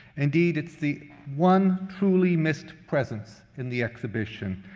indeed, it's the one truly missed presence in the exhibition.